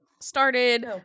started